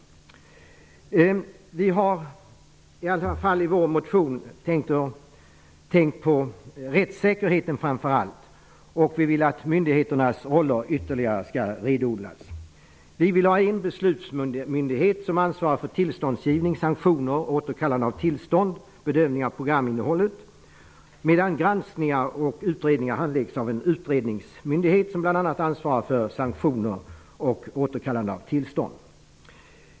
I vår motion har vi framför allt tänkt på rättssäkerheten. Vi vill att myndigheternas roller skall renodlas ytterligare. Vi vill ha en beslutsmyndighet som ansvarar för tillståndsgivning, sanktioner, återkallande av tillstånd och bedömningar av programinnehåll. Granskningar och utredningar skall handläggas av en utredningsmyndighet som bl.a. ansvarar för sanktioner och återkallande av tillstånd.